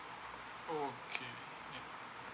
okay